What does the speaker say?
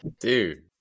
dude